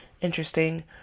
interesting